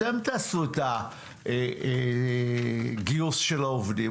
אתם תעשו את הגיוס של העובדים.